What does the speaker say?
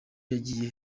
yagiye